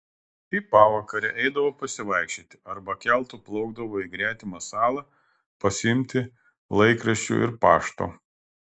į pavakarę eidavo pasivaikščioti arba keltu plaukdavo į gretimą salą pasiimti laikraščių ir pašto